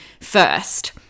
first